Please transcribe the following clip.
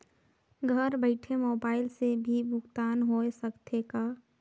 घर बइठे मोबाईल से भी भुगतान होय सकथे का?